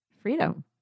Freedom